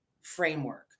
framework